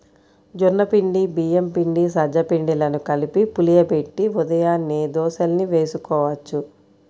జొన్న పిండి, బియ్యం పిండి, సజ్జ పిండిలను కలిపి పులియబెట్టి ఉదయాన్నే దోశల్ని వేసుకోవచ్చు